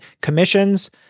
commissions